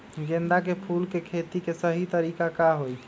गेंदा के फूल के खेती के सही तरीका का हाई?